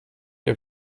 ihr